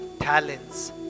talents